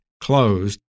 closed